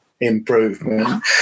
improvement